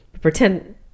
pretend